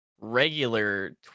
regular